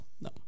no